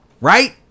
Right